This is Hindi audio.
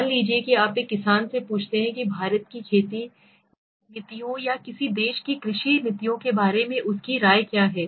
मान लीजिए आप एक किसान से पूछते हैं कि भारत की खेती नीतियों या किसी देश की कृषि नीतियों के बारे में उसकी क्या राय है